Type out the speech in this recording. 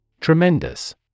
Tremendous